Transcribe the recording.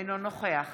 אינו נוכח